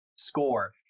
score